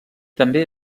també